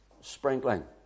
sprinkling